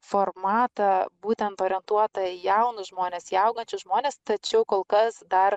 formatą būtent orientuotą į jaunus žmones į augančius žmones tačiau kol kas dar